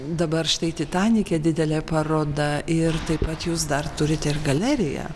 dabar štai titanike didelė paroda ir taip pat jūs dar turit ir galeriją